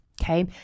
okay